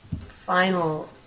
final